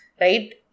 right